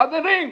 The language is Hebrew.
חברים,